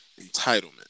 entitlement